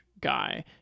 guy